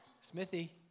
Smithy